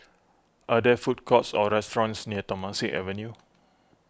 are there food courts or restaurants near Temasek Avenue